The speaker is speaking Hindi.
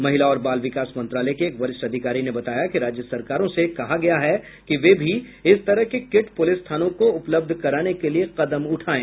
महिला और बाल विकास मंत्रालय के एक वरिष्ठ अधिकारी ने बताया कि राज्य सरकारों से कहा गया है कि वे भी इस तरह के किट पुलिस थानों को उपलब्ध कराने के लिए कदम उठाएं